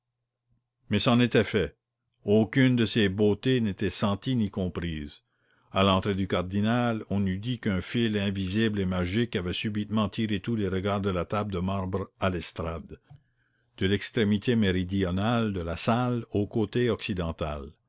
mais c'en était fait aucune de ces beautés n'était sentie ni comprise à l'entrée du cardinal on eût dit qu'un fil invisible et magique avait subitement tiré tous les regards de la table de marbre à l'estrade de l'extrémité méridionale de la salle au côté